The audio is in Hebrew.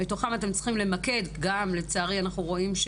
בתוכם אתם צריכים למקד לצערי אנחנו רואים,